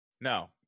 No